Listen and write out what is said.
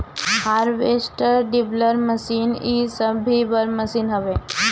harvester, dibbler machine इ सब भी बड़ मशीन हवे